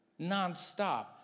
nonstop